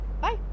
bye